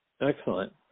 Excellent